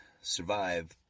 survive